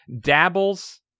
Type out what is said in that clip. dabbles